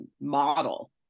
model